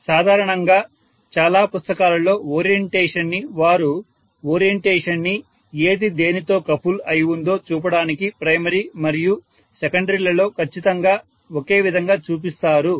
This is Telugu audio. సాధారణంగా చాలా పుస్తకాలలో ఓరియంటేషన్ ని వారు ఓరియంటేషన్ ని ఏది దేనితో కపుల్ అయి ఉందో చూపడానికి ప్రైమరీ మరియు సెకండరీలలో ఖచ్చితంగా ఒకే విధంగా చూపిస్తారు